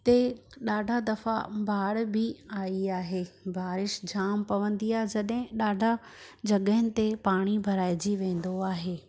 हिते ॾाढा दफ़ा बाड़ बि आई आहे बारिश जाम पवंदी आहे जॾहिं ॾाढा जॻहियुनि ते पाणी भराएजी वेंदो आहे